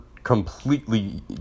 Completely